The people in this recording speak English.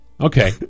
Okay